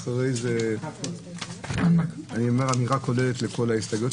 אציג אמירה כוללת לכל ההסתייגויות,